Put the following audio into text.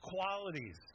qualities